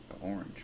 Orange